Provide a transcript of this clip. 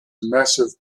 massive